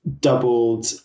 doubled